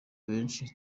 benshi